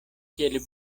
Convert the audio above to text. kiel